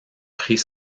pris